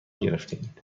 گرفتهاید